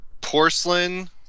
Porcelain